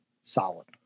solid